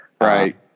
right